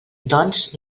doncs